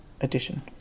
Edition